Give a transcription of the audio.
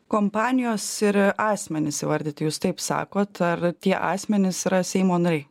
kompanijos ir asmenys įvardyti jus taip sakot ar tie asmenys yra seimo nariai